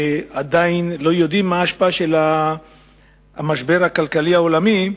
עדיין לא יודעים מה ההשפעה של המשבר הכלכלי העולמי.